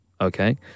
okay